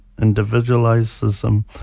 individualism